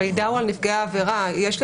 המידע הוא על נפגעי העבירה, יש לי